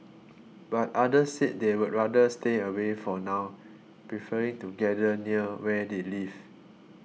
but others said they would rather stay away for now preferring to gather near where they live